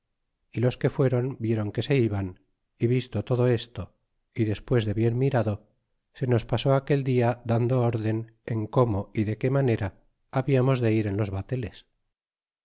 y los que fueron vieron que se iban y visto todo esto y despues de bien mirado se nos pasó aquel dia dando srden en cómo y de qué manera hablamos de ir en los bateles